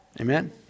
Amen